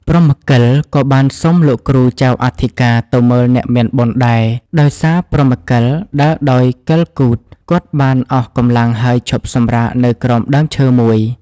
ព្រហ្មកិលក៏បានសុំលោកគ្រូចៅអធិការទៅមើលអ្នកមានបុណ្យដែរ ដោយសារព្រហ្មកិលដើរដោយកិលគូថ គាត់បានអស់កម្លាំងហើយឈប់សម្រាកនៅក្រោមដើមឈើមួយ ។